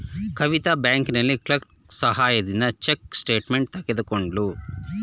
ಕವಿತಾ ಬ್ಯಾಂಕಿನಲ್ಲಿ ಕ್ಲರ್ಕ್ ಸಹಾಯದಿಂದ check statement ತಕ್ಕೊದ್ಳು